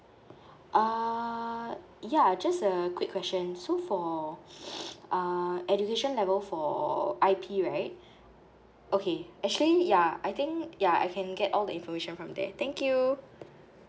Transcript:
uh ya just a quick question so for uh education level for I P right okay actually ya I think ya I can get all the information from there thank you